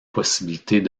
possibilités